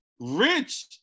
Rich